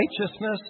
righteousness